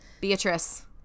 Beatrice